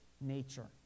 nature